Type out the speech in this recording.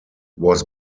was